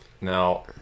Now